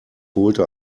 holte